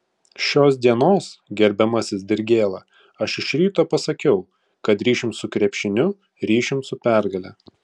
šios dienos gerbiamasis dirgėla aš iš ryto pasakiau kad ryšium su krepšiniu ryšium su pergale